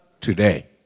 today